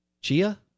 chia